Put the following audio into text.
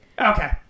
Okay